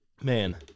Man